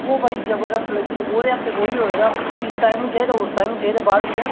ओह् बड़ी जबरदस्त लगदी ओह्दे आस्तै कोई होऐ तां उस टाइम उ'नें चाहिदा उस टाइम चाहिदा बाद इच